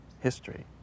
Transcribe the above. history